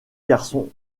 garçon